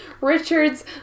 Richard's